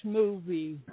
movie